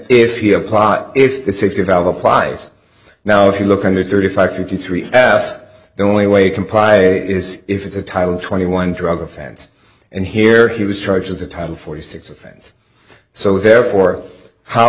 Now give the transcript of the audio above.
if you apply if the safety valve applies now if you look under thirty five fifty three half the only way comply is if it's a title twenty one drug offense and here he was charged with the title forty six offense so therefore how